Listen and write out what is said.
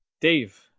Dave